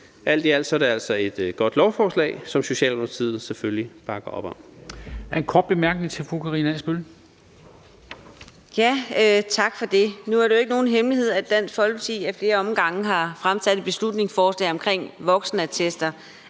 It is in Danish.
Alt i alt er det altså et godt lovforslag, som Socialdemokratiet selvfølgelig